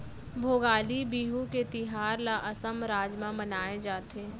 भोगाली बिहू के तिहार ल असम राज म मनाए जाथे